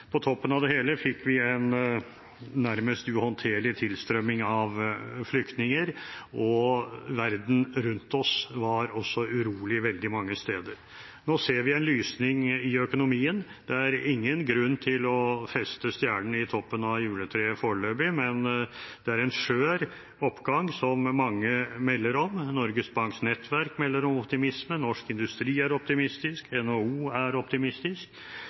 På toppen av det hele fikk vi en nærmest uhåndterlig tilstrømning av flyktninger, og verden rundt oss var også urolig veldig mange steder. Nå ser vi en lysning i økonomien. Det er ingen grunn til å feste stjernen i toppen av juletreet foreløpig, men det er en skjør oppgang, som mange melder om. Norges Banks nettverk melder om optimisme, Norsk Industri er optimistisk, NHO er optimistisk,